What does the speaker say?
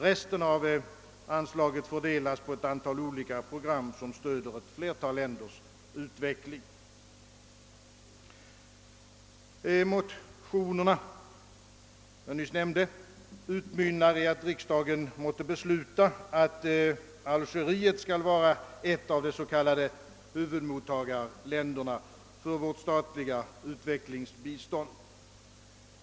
Resten av anslaget fördelas på ett antal olika program som stöder ett flertal länders utveckling. De motioner jag nyss nämnde utmynnar i en begäran att riksdagen måtte besluta, att Algeriet skall vara ett av de s.k. huvudmottagarländerna för vårt statliga utvecklingsbistånd.